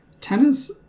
tennis